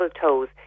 toes